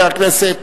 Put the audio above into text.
הכנסת